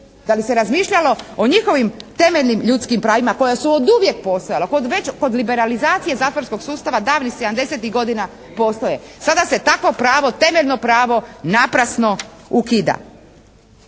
Da li se razmišljalo o njihovim temeljnim ljudskim pravima koja su oduvijek postojala, kod liberalizacije zatvorskog sustava davnih 70-tih godina postoje. Sada se takvo pravo, temeljno pravo naprasno ukida.